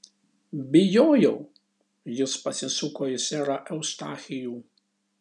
bijojau jis pasisuko į serą eustachijų